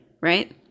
right